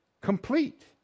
complete